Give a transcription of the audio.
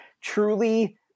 truly